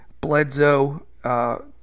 Bledsoe